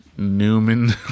Newman